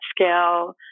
scale